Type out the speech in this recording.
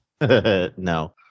No